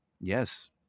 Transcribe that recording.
yes